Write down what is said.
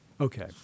Okay